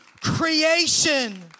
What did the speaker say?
creation